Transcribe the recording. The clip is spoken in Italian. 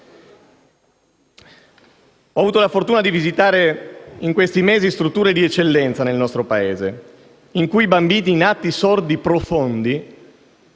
Ho avuto la fortuna di visitare in questi mesi strutture di eccellenza nel nostro Paese, in cui i bambini nati sordi profondi,